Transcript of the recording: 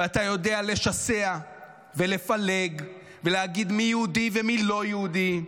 ואתה יודע לשסע ולפלג ולהגיד מי יהודי ומי לא יהודי.